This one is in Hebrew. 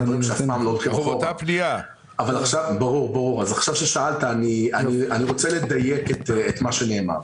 עכשיו כשאתה שואל, אני רוצה לדייק את מה שנאמר.